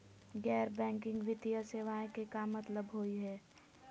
गैर बैंकिंग वित्तीय सेवाएं के का मतलब होई हे?